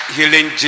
Healing